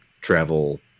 travel